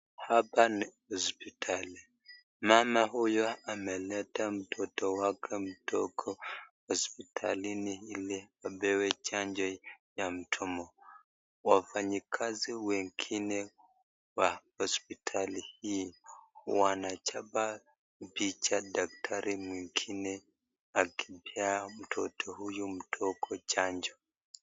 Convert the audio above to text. Hapa ni hospitali. Mama huyu ameleta mtoto wake mdogo hospitalini ili apewe chanjo ya mdomo. Wafanyikazi wengine wa hospitali hii wanachapa picha daktari mwingine akipea mtoto huyu mdogo chanjo.